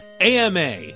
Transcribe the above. AMA